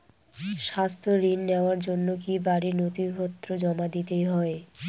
স্বাস্থ্য ঋণ নেওয়ার জন্য কি বাড়ীর নথিপত্র জমা দিতেই হয়?